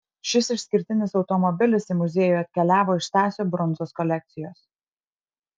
šis išskirtinis automobilis į muziejų atkeliavo iš stasio brundzos kolekcijos